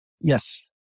Yes